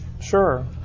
Sure